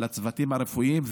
לצוותים הרפואיים,